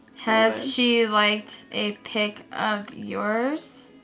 has she liked a pic of yours?